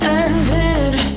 ended